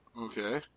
Okay